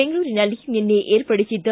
ಬೆಂಗಳೂರಿನಲ್ಲಿ ನಿನ್ನೆ ಏರ್ಪಡಿಸಿದ್ದ